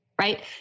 right